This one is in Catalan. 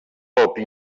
alpí